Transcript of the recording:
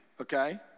Okay